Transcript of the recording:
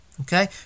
Okay